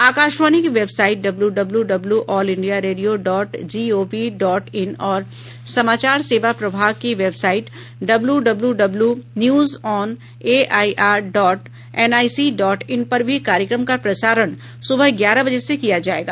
आकाशवाणी की website W W W all India radio dot gov dot in और सामाचार सेवा प्रभाग की website W W W news on AIR dot NIC dot in पर भी कार्यक्रम का प्रसारण सुबह ग्यारह बजे से किया जायेगा